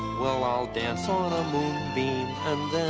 well, i'll dance on a moonbeam and